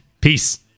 peace